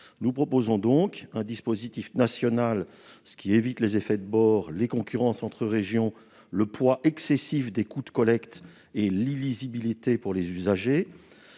Nous proposons donc un dispositif national, ce qui éviterait les effets de bord, les concurrences entre régions, le poids excessif des coûts de collecte et l'illisibilité pour les usagers.